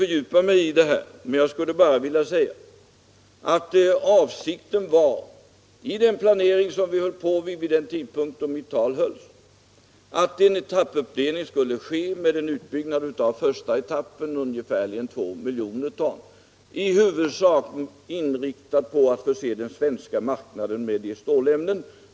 Men jag vill säga att avsikten med den planering som vi höll på med vid den tidpunkt då jag höll mitt tal var att man skulle göra en etappuppdelning. Den första etappen, en utbyggnad på ungefär 2 miljoner ton, var i huvudsak inriktad på att förse den svenska marknaden med stålämnen.